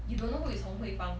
you don't know who is Hong Hui Fang